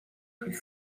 plus